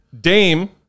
dame